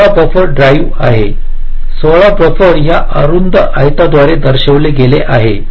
16 buffer drive आहे 16 buffer या अरुंद आयताद्वारे दर्शविले गेले आहेत